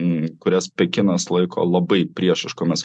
į kurias pekinas laiko labai priešiškomis